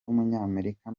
w’umunyamerika